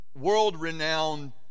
world-renowned